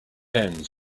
ends